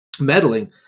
meddling